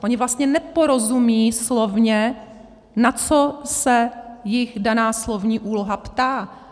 Ony vlastně neporozumí slovně, na co se jich daná slovní úloha ptá.